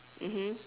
mmhmm